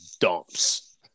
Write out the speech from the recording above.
dumps